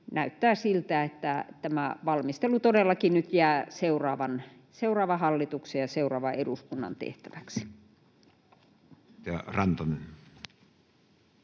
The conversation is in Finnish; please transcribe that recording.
näyttää siltä, että tämä valmistelu todellakin nyt jää seuraavan hallituksen ja seuraavan eduskunnan tehtäväksi. [Speech